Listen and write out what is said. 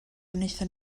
wnaethon